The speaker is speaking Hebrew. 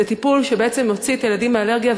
זה טיפול שבעצם מוציא את הילדים מהאלרגיה,